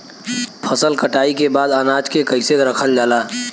फसल कटाई के बाद अनाज के कईसे रखल जाला?